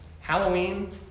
Halloween